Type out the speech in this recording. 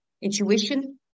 intuition